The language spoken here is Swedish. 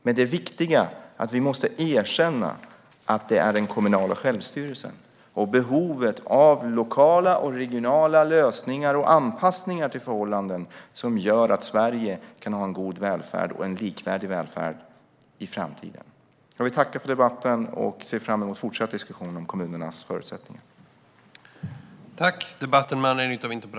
Det är dock viktigt att vi erkänner att det är det kommunala självstyret och behovet av lokala och regionala lösningar och anpassningar till olika förhållanden som gör att Sverige kan ha en god och likvärdig välfärd i framtiden. Jag tackar för debatten och ser fram emot fortsatt diskussion om kommunernas förutsättningar.